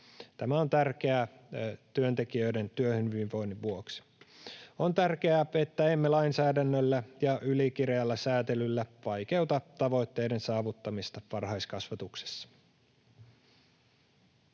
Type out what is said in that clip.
Tämä on tärkeää työntekijöiden työhyvinvoinnin vuoksi. On tärkeää, että emme lainsäädännöllä ja ylikireällä säätelyllä vaikeuta tavoitteiden saavuttamista varhaiskasvatuksessa.